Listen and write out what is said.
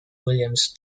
williams